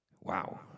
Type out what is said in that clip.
Wow